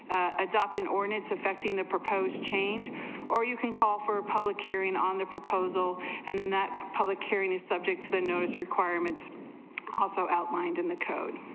adopting or needs affecting the proposed change or you can call for a public hearing on the proposal and that public hearing the subjects the notice requirements also outlined in the code,